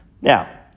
Now